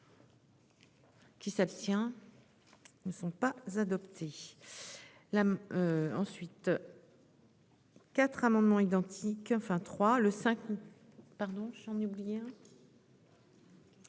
Qui s'abstient. Ne sont pas adoptés.